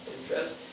interest